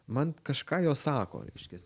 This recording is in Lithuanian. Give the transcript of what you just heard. man kažką jos sako reiškias